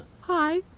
Hi